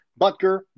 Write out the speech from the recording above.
Butker